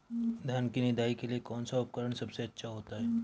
धान की निदाई के लिए कौन सा उपकरण सबसे अच्छा होता है?